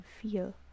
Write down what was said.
feel